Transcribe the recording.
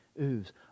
ooze